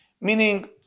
Meaning